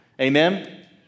Amen